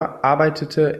arbeitete